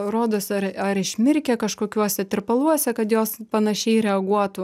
rodos ar ar išmirkė kažkokiuose tirpaluose kad jos panašiai reaguotų